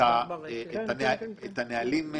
מעת לעת.